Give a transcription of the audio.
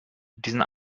diesen